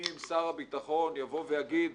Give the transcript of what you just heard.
אם שר הביטחון יבוא ויגיד,